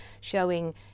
showing